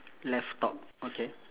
left top okay